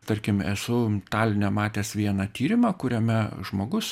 tarkim esu taline matęs vieną tyrimą kuriame žmogus